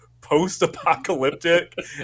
post-apocalyptic